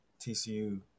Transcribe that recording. TCU